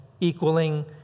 equaling